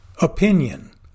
Opinion